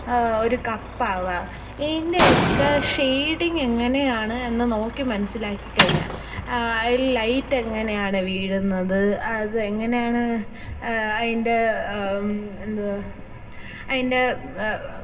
ഒരു കപ്പ് ആകാം ഇതിൻ്റെ ഒക്കെ ഷെയിഡിങ് എങ്ങനെയാണ് എന്ന് നോക്കി മനസ്സിലാക്കിക്കഴിഞ്ഞാൽ ആ അതിൽ ലൈറ്റ്എങ്ങനെയാണ് വീഴുന്നത് അത് എങ്ങനെയാണ് അതിൻ്റെ എന്തുവ അതിൻ്റെ